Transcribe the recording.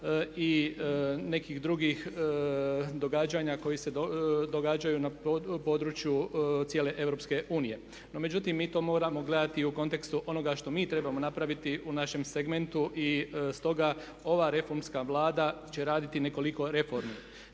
i nekih drugih događanja koji se događaju na području cijele EU. No međutim, mi to moramo gledati u kontekstu onoga što mi trebamo napraviti u našem segmentu i stoga ova reformska Vlada će raditi nekoliko reformi.